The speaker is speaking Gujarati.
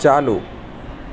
ચાલુ